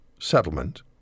settlement